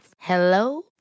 Hello